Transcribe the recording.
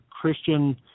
Christian